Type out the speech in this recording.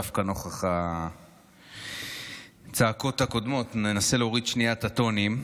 דווקא נוכח הצעקות הקודמות ננסה להוריד רגע את הטונים.